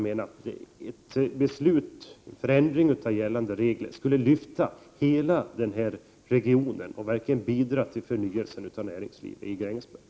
En ändring av gällande regler skulle således innebära ett lyft för hela regionen och bidra till en förnyelse av näringslivet i Grängesberg.